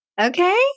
Okay